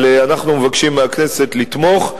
אנחנו מבקשים מהכנסת לתמוך,